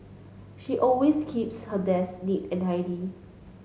she always keeps her desk neat and tidy